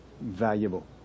valuable